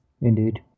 indeed